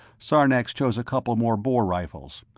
sarnax chose a couple more boar rifles.